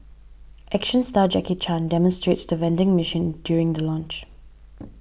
action star Jackie Chan demonstrates the vending machine during the launch